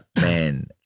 Man